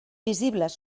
visibles